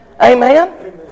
Amen